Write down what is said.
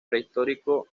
prehistórico